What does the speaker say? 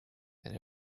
and